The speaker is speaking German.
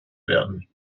werden